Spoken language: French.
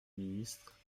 ministre